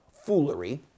foolery